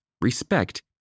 respect